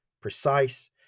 precise